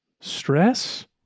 Stress